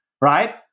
right